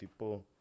tipo